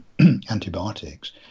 antibiotics